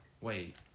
Wait